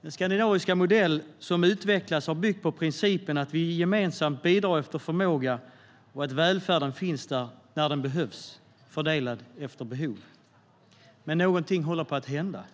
Den skandinaviska modell som utvecklats har byggt på principen att vi gemensamt bidrar efter förmåga och att välfärden finns där när den behövs, fördelad efter behov. Men någonting håller på att hända.